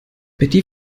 betty